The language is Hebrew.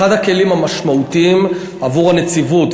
אחד הכלים המשמעותיים עבור הנציבות,